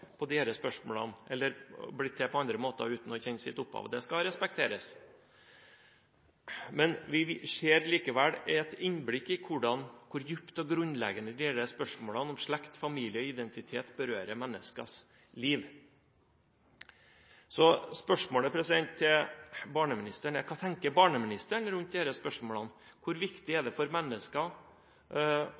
blitt til på andre måter som gjør at de ikke kjenner sitt opphav, som trenger svar på disse spørsmålene. Det skal respekteres, men vi får likevel et innblikk i hvor dypt og grunnleggende disse spørsmålene om slekt, familie og identitet berører menneskers liv. Spørsmålet til barneministeren er: Hva tenker barneministeren rundt disse spørsmålene? Hvor viktig er det for mennesker